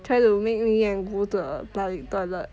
try to make me go to the public toilet